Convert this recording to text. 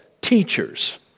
teachers